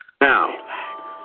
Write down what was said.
Now